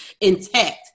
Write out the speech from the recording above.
intact